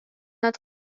nad